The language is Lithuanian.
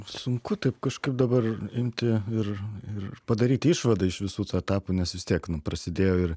sunku taip kažkaip dabar imti ir ir padaryti išvadą iš visų tų etapų nes vis tiek nu prasidėjo ir